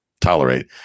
tolerate